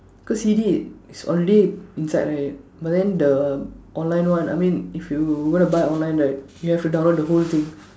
cause C_D is already inside right but then the online one I mean if you want to buy online right you have to download the whole thing